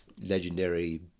legendary